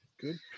Good